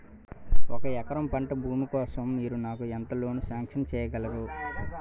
ఒక ఎకరం పంట భూమి కోసం మీరు నాకు ఎంత లోన్ సాంక్షన్ చేయగలరు?